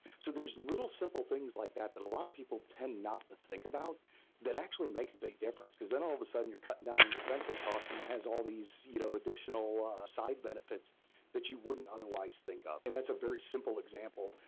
so there's little simple things like that that a lot of people tend not to think about that actually make a big difference, because then all of a sudden you're cutting down on your fencing cost and it has all these you know additional side benefits that you wouldn't otherwise think of, and that's a very simple example,